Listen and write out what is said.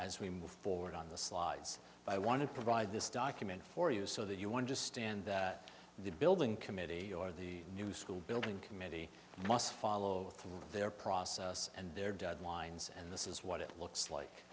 as we move forward on the slides but i want to provide this document for you so that you understand the building committee or the new school building committee must follow through with their process and their deadlines and this is what it looks like